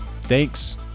Thanks